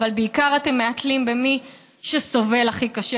אבל בעיקר אתם מהתלים במי שסובל הכי קשה,